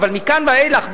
אבל מכאן ואילך,